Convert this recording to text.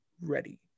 ready